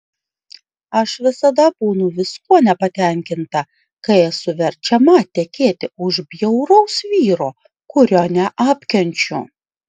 aš visada būnu viskuo nepatenkinta kai esu verčiama tekėti už bjauraus vyro kurio neapkenčiu